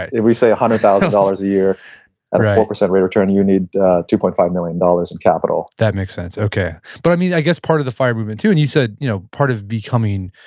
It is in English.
if we say a hundred thousand dollars a year at a four percent rate of return you need two point five million dollars in capital that makes sense, okay. but i mean i guess part of the fire movement too and you said you know part of becoming,